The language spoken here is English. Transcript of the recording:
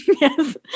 yes